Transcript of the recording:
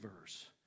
verse